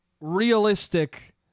realistic